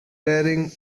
rearing